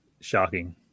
Shocking